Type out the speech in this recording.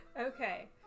Okay